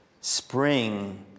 spring